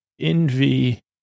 envy